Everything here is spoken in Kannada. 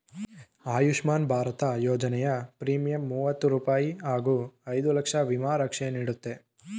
ಆಯುಷ್ಮಾನ್ ಭಾರತ ಯೋಜನೆಯ ಪ್ರೀಮಿಯಂ ಮೂವತ್ತು ರೂಪಾಯಿ ಹಾಗೂ ಐದು ಲಕ್ಷ ವಿಮಾ ರಕ್ಷೆ ನೀಡುತ್ತೆ